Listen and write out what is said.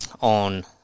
on